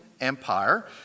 Empire